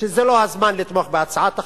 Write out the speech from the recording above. שזה לא הזמן לתמוך בהצעת החוק,